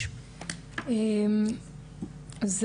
אז הדיון הזה הוא חשוב.